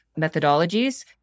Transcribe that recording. methodologies